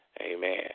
Amen